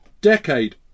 decade